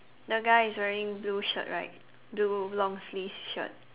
the guy is wearing blue shirt right blue long sleeve shirt